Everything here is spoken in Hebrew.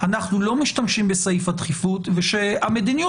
אנחנו לא משתמשים בסעיף הדחיפות ושהמדיניות